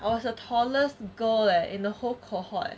I was the tallest girl leh in the whole cohort